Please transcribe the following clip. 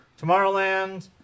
Tomorrowland